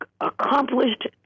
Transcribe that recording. accomplished